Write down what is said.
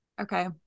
Okay